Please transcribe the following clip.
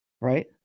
Right